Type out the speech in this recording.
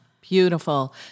Beautiful